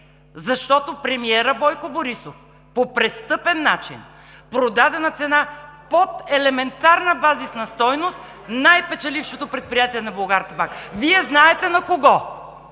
защото премиерът Бойко Борисов по престъпен начин продаде на цена под елементарна базисна стойност най-печелившото предприятие на „Булгартабак“. (Шум и реплики от